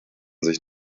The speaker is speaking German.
sich